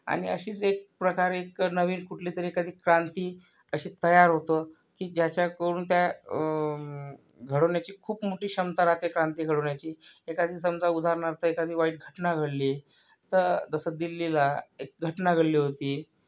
आणि अशीच एक प्रकारे एखादी नवीन कुठलीतरी एखादी क्रांती अशी तयार होतं की ज्याच्याकडून त्या घडवण्याची खूप मोठी क्षमता राहते क्रांती घडवण्याची एखादी समजा उदाहरणार्थ एखादी वाईट घटना घडली तर जसं दिल्लीला एक घटना घडली होती